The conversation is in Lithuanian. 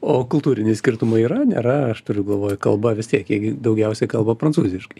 o kultūriniai skirtumai yra nėra aš turiu galvoj kalba vis tiek jiegi daugiausiai kalba prancūziškai